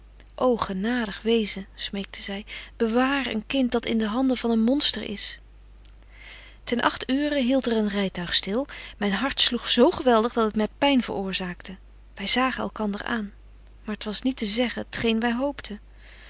genadig wezen smeekte zy bewaar een kind dat in de handen van een monster is ten agt uuren hieldt er een rytuig stil myn hart sloeg zo geweldig dat het my pyn veroorzaakte wy zagen elkander aan maar t was niet te zeggen t geen wy